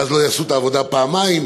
ואז לא יעשו את העבודה פעמיים,